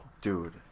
Dude